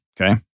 okay